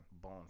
Bone